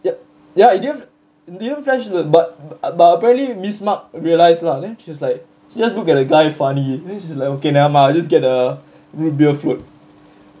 ye~ ya it didn't didn't flash to bu~ but apparently miss mak realise lah eh then she was like she just look at the guy funny then she's like okay never mind I'll just get a root beer float